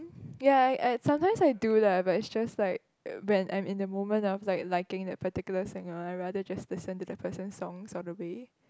ya I I sometimes I do lah but just like when I'm in the moment of like liking the particular singer I rather just listen to the person's songs all the way